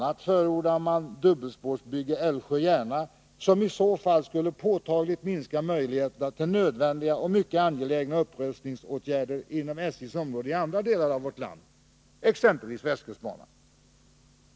a. förordar man dubbelspårsbygge Älvsjö-Järna, somiså fall skulle påtagligt minska möjligheterna till nödvändiga och mycket angelägna upprustningsåtgärder inom SJ:s område i andra delar av vårt land, exempelvis av Västkustbanan.